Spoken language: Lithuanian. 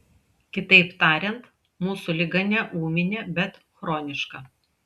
kitaip tariant mūsų liga ne ūminė bet chroniška